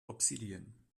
obsidian